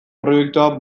proiektua